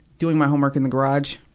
doing my homework in the garage.